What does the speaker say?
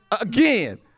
again